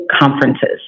conferences